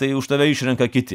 tai už tave išrenka kiti